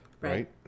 right